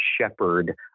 shepherd